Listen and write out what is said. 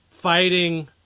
Fighting